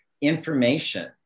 information